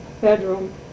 bedroom